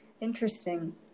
Interesting